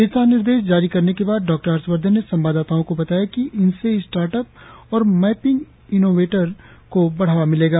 दिशा निर्देश जारी करने के बाद डॉक्टर हर्षवधन ने संवाददाताओं को बताया कि इनसे स्टार्ट अप और मैपिंग इनोवेटर को बढ़ावा मिलेगा